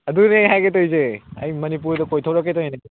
ꯑꯗꯨꯅꯦ ꯑꯩ ꯍꯥꯏꯒꯦ ꯇꯧꯔꯤꯁꯦ ꯑꯩ ꯃꯅꯤꯄꯨꯔꯗ ꯀꯣꯏꯊꯣꯔꯛꯀꯦ ꯇꯧꯔꯤꯅꯦ